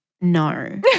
no